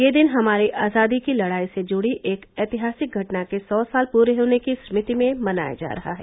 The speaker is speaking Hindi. यह दिन हमारी आजादी की लड़ाई से जुड़ी एक ऐतिहासिक घटना के सौ साल पूरे होने की स्मृति में मनाया जा रहा है